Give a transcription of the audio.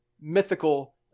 mythical